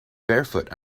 barefoot